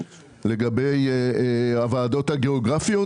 לגבי הוועדות הגיאוגרפיות.